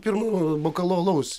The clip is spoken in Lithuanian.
pirmu bokalu alaus